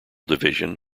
division